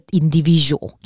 individual